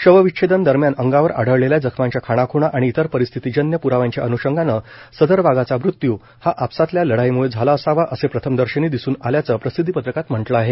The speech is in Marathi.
शवविच्छेदन दरम्यान अंगावर आढळलेल्या जखमांच्या खाणाख्णा आणि इतर परिस्थितीजन्य प्राव्यांच्या अन्षंगाने सदर वाघाचा मृत्यू हा आपसातल्या लढाई म्ळे झाला असावा असे प्रथमदर्शनी दिसून आल्याचं प्रसिद्धी पत्रकात म्हंटलं आहे